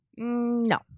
No